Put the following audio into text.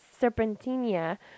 Serpentina